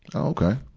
okay.